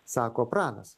sako pranas